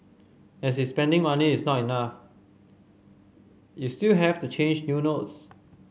as is spending money is not enough you still have to change new notes